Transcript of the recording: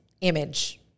Image